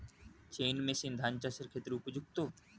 Chain machine ধান চাষের ক্ষেত্রে উপযুক্ত?